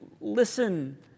listen